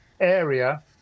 area